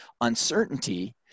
Uncertainty